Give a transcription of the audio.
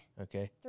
Okay